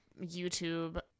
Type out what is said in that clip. YouTube